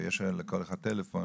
ויש היום לכל אחד טלפון,